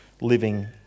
living